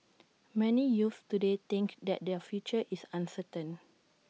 many youths today think that their future is uncertain